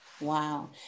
wow